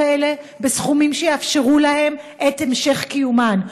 האלה בסכומים שיאפשרו להם את המשך קיומם.